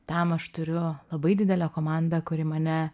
tam aš turiu labai didelę komandą kuri mane